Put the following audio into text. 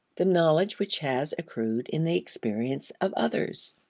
the knowledge which has accrued in the experience of others.